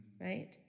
Right